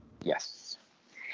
Yes